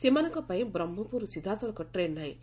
ସେମାନଙ୍କ ପାଇଁ ବ୍ରହ୍କପୁରରୁ ସିଧାସଳଖ ଟ୍ରେନ୍ ନାହିଁ